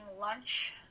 lunch